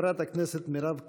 חברת הכנסת מירב כהן.